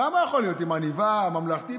כמה יכול להיות עם עניבה, ממלכתי?